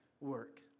work